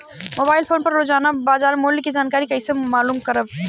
Mobile phone पर रोजाना बाजार मूल्य के जानकारी कइसे मालूम करब?